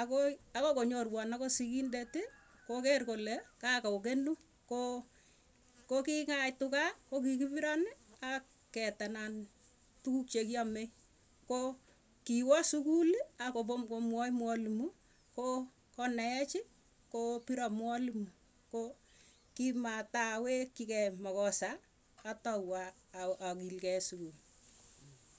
akoi konyoron akosikindet koker kole kaa kokenu ko kingaitu kaa, kokikipiran ak keetenan tukuk chekiame ko kiwa sukul akopom komwai mwalimu, ko konaech koopira mwalimu. Ko kimaata wekchikei makosa atau aa a agilkei e sukul.